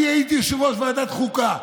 אני הייתי יושב-ראש ועדת חוקה,